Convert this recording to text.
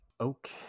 Okay